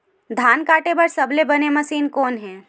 धान काटे बार सबले बने मशीन कोन हे?